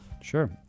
Sure